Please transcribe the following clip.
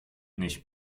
nicht